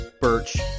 birch